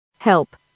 help